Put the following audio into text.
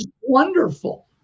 wonderful